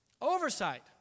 Oversight